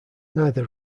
neither